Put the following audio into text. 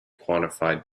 quantified